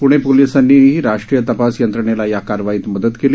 प्णे पोलिसांनीही राष्ट्रीय तपास यंत्रणेला या कारवाईत मदत केली